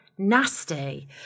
nasty